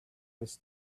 was